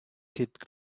kid